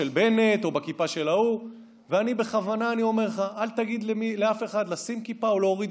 הבן אדם מוטרד לאן הוא הולך.